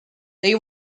they